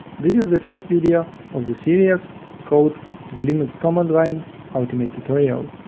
this is the first video of the series called the linux command line ultimate tutorial.